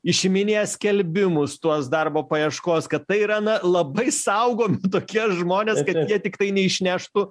išiminėja skelbimus tuos darbo paieškos kad tai yra na labai saugomi tokie žmonės kad jie tiktai neišneštų